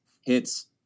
hits